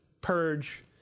purge